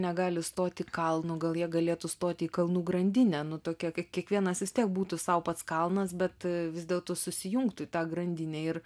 negali stoti kalnu gal jie galėtų stoti į kalnų grandinę nu tokia kad kiekvienas vis tiek būtų sau pats kalnas bet vis dėlto susijungtų į tą grandinę ir